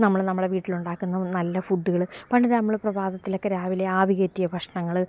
നമ്മള് നമ്മളെ വീട്ടിലുണ്ടാക്കുന്ന നല്ല ഫുഡ്ഡുകള് പണ്ട് ദേ നമ്മള് പ്രഭാതത്തിലൊക്കെ രാവിലെ ആവി കയറ്റിയ ഭക്ഷണങ്ങള്